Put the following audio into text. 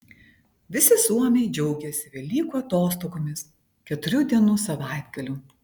visi suomiai džiaugiasi velykų atostogomis keturių dienų savaitgaliu